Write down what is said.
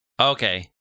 okay